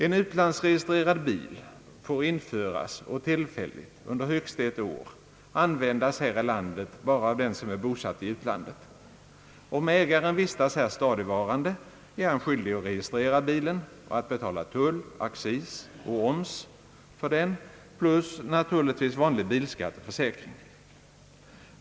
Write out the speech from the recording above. En utlandsregistrerad bil får införas och tillfälligt — under högst ett år — användas här i landet bara av den som är bosatt i utlandet. Om ägaren vistas här stadigvarande, är han skyldig att registrera bilen och att betala tull, accis och oms för den, plus naturligtvis vanlig bilskatt och försäkring.